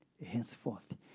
Henceforth